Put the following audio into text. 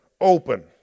open